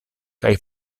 kaj